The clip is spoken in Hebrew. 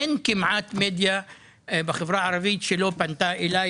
אין כמעט מדיה בחברה הערבית שלא פנתה אליי